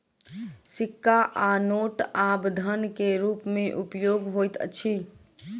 सिक्का आ नोट आब धन के रूप में उपयोग होइत अछि